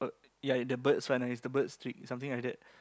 uh ya the birds one it was the birds trick something like that